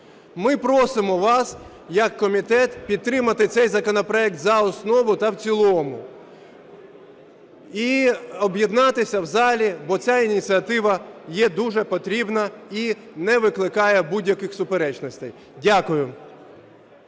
Ми просимо вас як комітет підтримати цей законопроект за основу та в цілому і об'єднатися в залі, бо ця ініціатива є дуже потрібна і не викликає будь-яких суперечностей. Дякую.